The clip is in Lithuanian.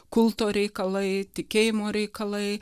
kulto reikalai tikėjimo reikalai